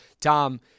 Tom